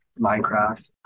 Minecraft